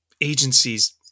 agencies